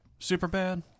Superbad